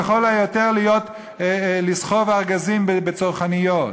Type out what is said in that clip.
או לכל היותר לסחוב ארגזים בצרכניות.